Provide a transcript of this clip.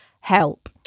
Help